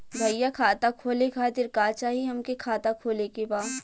भईया खाता खोले खातिर का चाही हमके खाता खोले के बा?